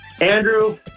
Andrew